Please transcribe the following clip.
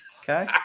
okay